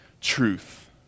truth